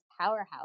powerhouse